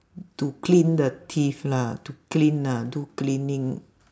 to clean the teeth lah to clean ah do cleaning